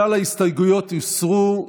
כלל ההסתייגויות הוסרו.